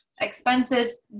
expenses